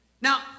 Now